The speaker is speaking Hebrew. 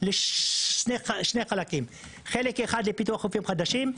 לשני חלקים: חלק אחד לפיתוח חופים חדשים,